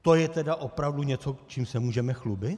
To je tedy opravdu něco, čím se můžeme chlubit?